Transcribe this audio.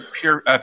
pure